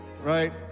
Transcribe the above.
right